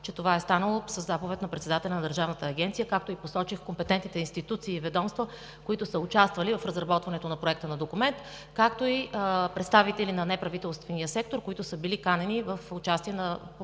че това е станало със заповед на председателя на Държавната агенция за закрила на детето и компетентните институции и ведомства, които са участвали в разработването на Проекта, както и с представители на неправителствения сектор, които са били канени за участие в